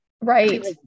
Right